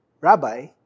Rabbi